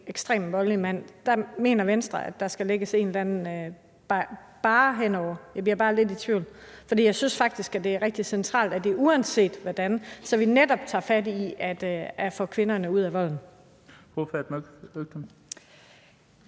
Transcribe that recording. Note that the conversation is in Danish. ekstremt voldelig mand, betyder, at der skal lægges en eller anden barre over det? Jeg bliver bare lidt i tvivl, for jeg synes faktisk, det er rigtig centralt, at det gælder uanset, hvordan det er, så vi netop tager fat i at få kvinderne væk fra volden. Kl. 10:34 Den fg.